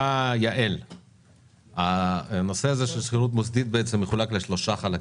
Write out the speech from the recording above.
השוק -- הנושא הזה של שכירות מוסדית מחולק לשלושה חלקים,